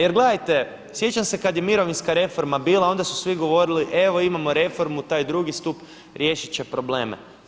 Jer gledajte sjećam se kada je mirovinska reforma bila onda su svi govorili evo imamo reformu taj drugi stup riješit će probleme.